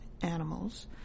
animals